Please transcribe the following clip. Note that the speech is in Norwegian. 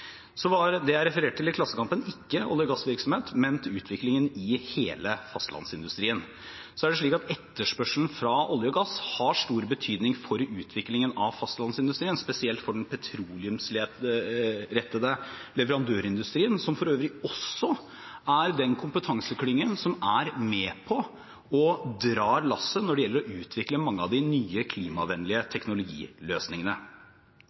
Det jeg refererte til i Klassekampen, var ikke olje- og gassvirksomhet, men utviklingen i hele fastlandsindustrien. Etterspørselen fra olje og gass har stor betydning for utviklingen av fastlandsindustrien, spesielt for den petroleumsrettede leverandørindustrien, som for øvrig også er den kompetanseklyngen som er med på å dra lasset når det gjelder å utvikle mange av de nye, klimavennlige